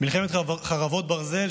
מלחמת חרבות ברזל,